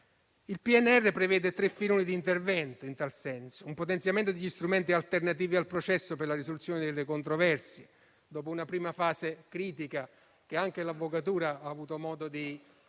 Il PNRR prevede tre filoni di intervento in tal senso, tra cui il potenziamento degli strumenti alternativi al processo per la risoluzione delle controversie. Dopo una prima fase critica, che anche l'avvocatura ha avuto modo di